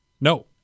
No